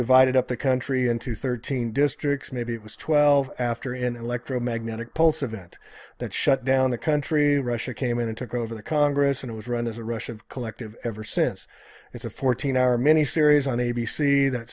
divided up the country into thirteen districts maybe it was twelve after an electromagnetic pulse of it that shut down the country russia came in and took over the congress and it was run as a russian collective ever since it's a fourteen hour mini series on a b c that